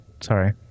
Sorry